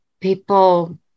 People